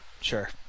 Sure